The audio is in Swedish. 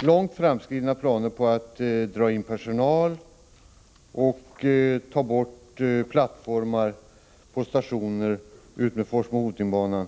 långt framskridna planer på indragning av personal och borttagande av plattformar på stationer utmed Forsmo-Hoting-banan.